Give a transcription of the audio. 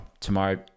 tomorrow